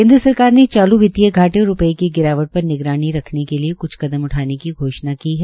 केन्द्र सरकार ने चालू वित्तीय घाटे और रूपये की गिरावट पर निगरानी रखने के लिए कुछ कदम उठाने की घोषणा की है